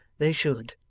they should.